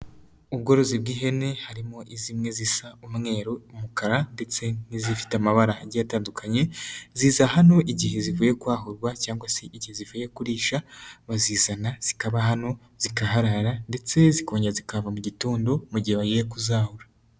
Ubworozi bw'ihene harimo zimwe zisa umweru, umukara ndetse n'izifite amabara agiye atandukanye, ziza hano igihe zivuye kwahurwa cyangwa se igihe zivuye kurisha, bazizana zikaba hano, zikaharara ndetse zikongera zikahava mu gitondo mu gihe bagiye kuzahura.